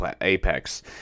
Apex